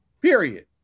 Period